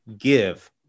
give